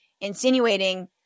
insinuating